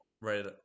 right